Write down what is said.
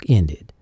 ended